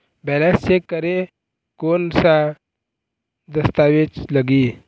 Balance check करें कोन सा दस्तावेज लगी?